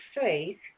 faith